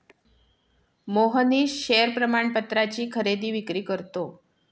Mohnish share प्रमाणपत्राची खरेदी विक्री करतो